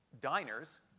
diners